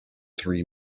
three